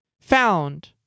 found